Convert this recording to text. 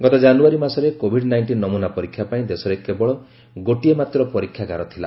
ଗତ ଜାନ୍ରୟାରୀ ମାସରେ କୋଭିଡ୍ ନାଇଷ୍ଟିନ୍ ନମ୍ରନା ପରୀକ୍ଷା ପାଇଁ ଦେଶରେ କେବଳ ଗୋଟିଏ ମାତ୍ର ପରୀକ୍ଷାଗାର ଥିଲା